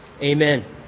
Amen